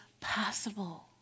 possible